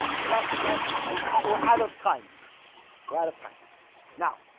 so that's that's we've out were out of time we're out of time now